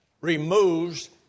removes